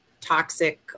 toxic